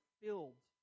filled